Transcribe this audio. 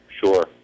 Sure